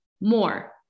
more